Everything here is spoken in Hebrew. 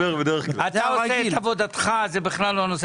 אתה עושה את עבודתך, זה בכלל לא הנושא.